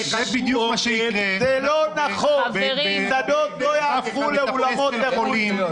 דרך המלך כרגע לפסול את סעיף המסעדות היא להחזיר את המצב לקדמותו,